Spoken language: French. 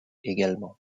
également